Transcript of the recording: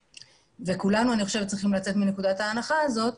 וכולנו צריכים לצאת מנקודת ההנחה הזאת,